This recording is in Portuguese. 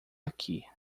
aqui